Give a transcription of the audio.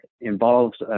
involves